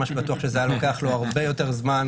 מה שבטוח שזה היה לוקח לו הרבה יותר זמן,